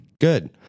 Good